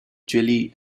jelly